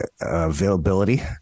availability